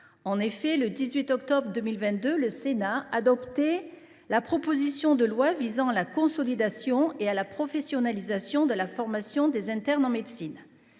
En effet, le 18 octobre 2022, le Sénat adoptait la proposition de loi visant à la consolidation et à la professionnalisation de la formation des internes en médecine